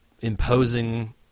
imposing